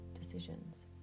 decisions